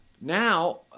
Now